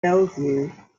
bellevue